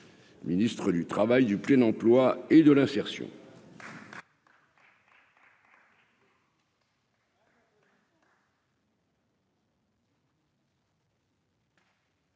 Ministre du Travail du plein emploi et de l'insertion.